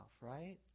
right